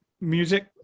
music